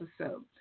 episode